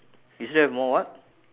you still have more what